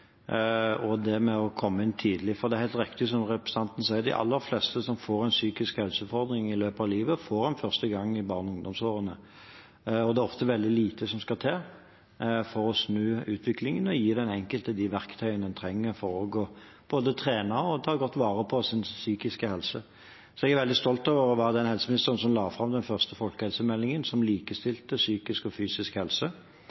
og det med å komme inn tidlig. For det er helt riktig som representanten sier, at de aller fleste som får en psykisk helseutfordring i løpet av livet, får den første gang i barne- og ungdomsårene. Det er ofte veldig lite som skal til for å snu utviklingen og gi den enkelte de verktøyene en trenger for både å trene og ta godt vare på sin psykiske helse. Jeg er veldig stolt over å være den helseministeren som la fram den første folkehelsemeldingen som